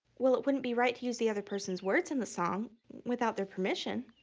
well, it wouldn't be right to use the other person's words in the song without their permission.